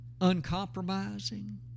uncompromising